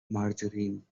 margarine